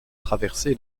traversé